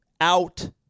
out